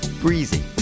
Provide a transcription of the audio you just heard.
Breezy